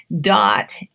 dot